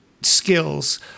skills